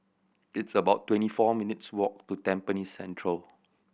it's about twenty four minutes' walk to Tampines Central